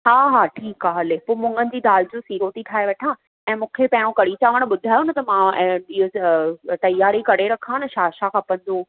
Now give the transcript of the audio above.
हा हा ठीकु आहे हले पोइ मुङनि जी दाल जो सीरो थी ठाहे वठां ऐं मूंखे पहिरों कढ़ी चांवर ॿुधायो न त मां ए इहो तयारी करे रखां न छा छा खपंदो